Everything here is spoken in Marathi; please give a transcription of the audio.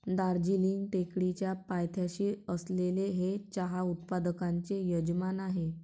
दार्जिलिंग टेकडीच्या पायथ्याशी असलेले हे चहा उत्पादकांचे यजमान आहे